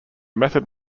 method